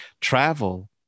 travel